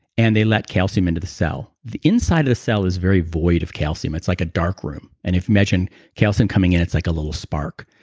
and they let calcium into the cell. the inside of the cell is very void of calcium. it's like a dark room. and if you imagine calcium coming in it's like a little spark.